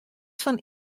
fan